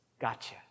gotcha